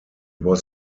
was